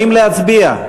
האם להצביע?